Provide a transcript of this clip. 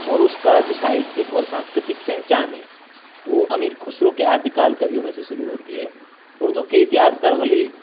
اور اس کا جو ساہتک اور سنسکرتک پہچان ہے وہ امیر خسرو کے آدی کال کویوں میں سے شروع ہوتی ہے اردو کے اتہاس کار ولی